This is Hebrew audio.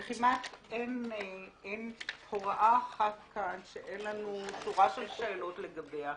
וכמעט אין הוראה אחת כאן שאין לנו שורה של שאלות לגביה.